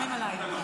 הנאום עליי.